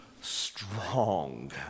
strong